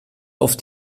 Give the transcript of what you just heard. auf